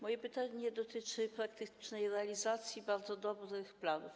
Moje pytanie dotyczy praktycznej realizacji bardzo dobrych planów.